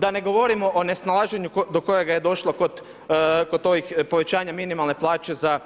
Da ne govorimo o nesnalaženju do kojega je došlo kod ovih povećanja minimalne plaće za